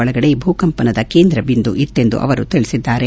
ಒಳಗಡೆ ಭೂಕಂಪನದ ಕೇಂದ್ರಬಿಂದು ಇತ್ತೆಂದು ಅವರು ತಿಳಿಸಿದ್ದಾರೆ